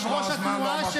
זה ממש לא הזמן והמקום,